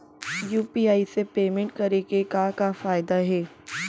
UPI से payment करे के का का फायदा हे?